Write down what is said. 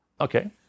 okay